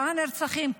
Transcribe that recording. שבעה נרצחים,